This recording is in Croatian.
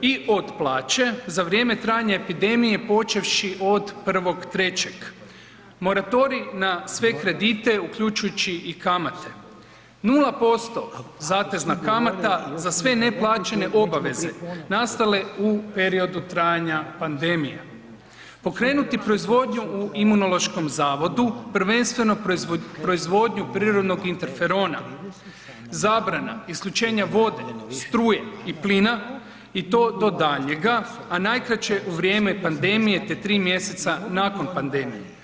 i od plaće za vrijeme trajanja epidemije, počevši od 1.3., moratorij na sve kredite uključujući i kamate, 0% zatezna kamata za sve neplaćene obaveze nastale u periodu trajanja pandemije, pokrenuti proizvodnju u Imunološkom zavodu prvenstveno proizvodnju prirodnog interferona, zabrana isključenja vode, struje i plina i to do daljnjega, a najkraće u vrijeme pandemije te tri mjeseca nakon pandemije.